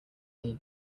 knee